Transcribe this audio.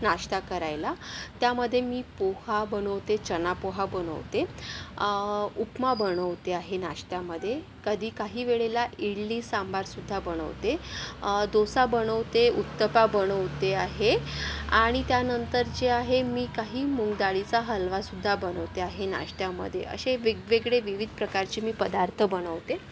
नाश्ता करायला त्यामध्ये मी पोहा बनवते चनापोहा बनवते उपमा बनवते आहे नाश्त्यामध्ये कधी काही वेळेला इडली सांबारसुद्धा बनवते दोसा बनवते उत्तपा बनवते आहे आणि त्यानंतर जे आहे मी काही मूंग डाळीचा हलवासुद्धा बनवते आहे नाश्त्यामध्ये असे वेगवेगळे विविध प्रकारचे मी पदार्थ बनवते